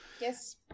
Yes